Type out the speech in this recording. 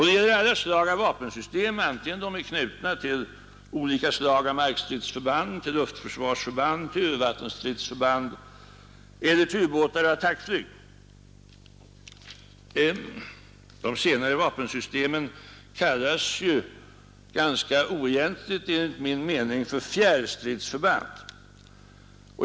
Det gäller alla slag av vapensystem antingen de är knutna till olika slag av markstridsförband, till luftförsvarsförband, till övervattenstridsförband eller till ubåtar och attackflyg — de senare vapensystemen kallas ju ganska oegentligt enligt min mening för fjärrstridsförband.